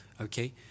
okay